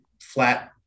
flat